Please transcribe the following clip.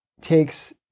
takes